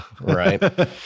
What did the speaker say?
right